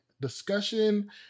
discussion